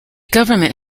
government